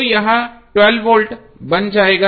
तो यह 12 वोल्ट बन जाएगा